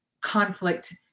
conflict